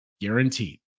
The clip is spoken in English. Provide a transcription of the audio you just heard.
Guaranteed